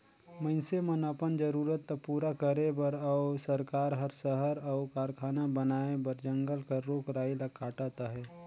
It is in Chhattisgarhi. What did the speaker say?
मइनसे मन अपन जरूरत ल पूरा करे बर अउ सरकार हर सहर अउ कारखाना बनाए बर जंगल कर रूख राई ल काटत अहे